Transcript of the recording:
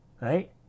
right